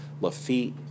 Lafitte